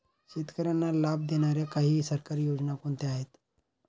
शेतकऱ्यांना लाभ देणाऱ्या काही सरकारी योजना कोणत्या आहेत?